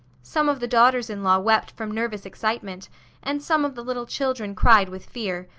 some of the daughters-in-law wept from nervous excitement and some of the little children cried with fear,